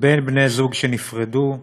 בין בני-זוג שנפרדו (תיקון)